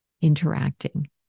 interacting